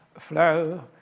flow